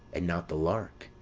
and not the lark,